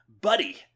Buddy